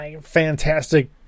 fantastic